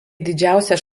didžiausias